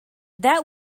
that